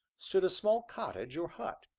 stood a small cottage, or hut.